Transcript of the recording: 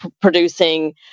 producing